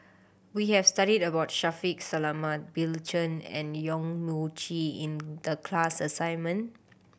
we have studied about Shaffiq Selamat Bill Chen and Yong Mun Chee in the class assignment